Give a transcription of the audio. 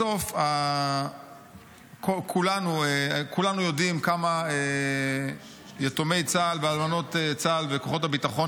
בסוף כולנו יודעים כמה יתומי צה"ל ואלמנות צה"ל וכוחות הביטחון,